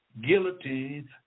guillotines